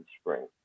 spring